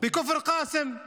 בכפר קאסם,